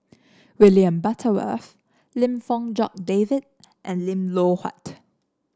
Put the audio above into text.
William Butterworth Lim Fong Jock David and Lim Loh Huat